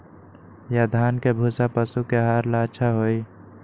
या धान के भूसा पशु के आहार ला अच्छा होई?